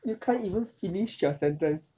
you can't even finish your sentence